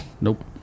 Nope